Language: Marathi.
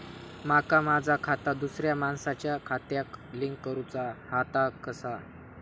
माका माझा खाता दुसऱ्या मानसाच्या खात्याक लिंक करूचा हा ता कसा?